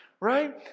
right